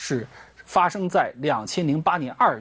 sure are